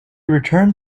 returned